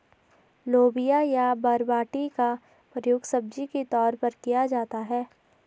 लोबिया या बरबटी का प्रयोग सब्जी के तौर पर किया जाता है